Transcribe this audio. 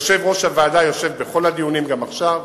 יושב-ראש הוועדה יושב בכל הדיונים גם עכשיו,